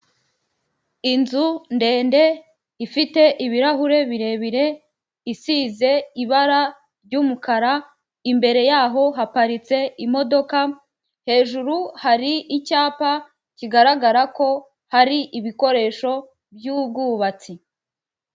Inzu ndende ifite ibirahure birebire, isize ibara ry'umukara, imbere y'aho haparitse imodoka, hejuru hari icyapa kigaragara ko hari ibikoresho byubwubatsi.